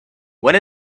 when